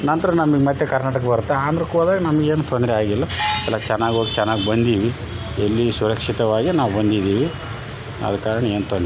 ನಂತರ ನಮ್ದು ಮತ್ತು ಕರ್ನಾಟಕ ಬರುತ್ತೆ ಆಂಧ್ರಕ್ಕೆ ಹೋದಾಗ ನಮ್ಗೆ ಏನು ತೊಂದರೆ ಆಗಿಲ್ಲಾ ಎಲ್ಲ ಚೆನ್ನಾಗಿ ಹೋಗಿ ಚೆನ್ನಾಗಿ ಬಂದೀವಿ ಎಲ್ಲಿ ಸುರಕ್ಷಿತವಾಗಿ ನಾವು ಬಂದಿದ್ದೀವಿ ಆದ ಕಾರಣ ಏನು ತೊಂದರೆ